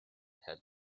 had